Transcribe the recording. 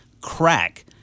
crack